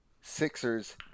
Sixers